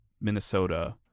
Minnesota